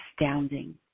astounding